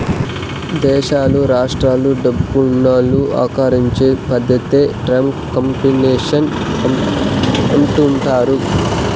దేశాలు రాష్ట్రాలు డబ్బునోళ్ళు ఆకర్షించే పద్ధతే టాక్స్ కాంపిటీషన్ అంటుండారు